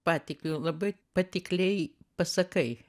patikiu labai patikliai pasakai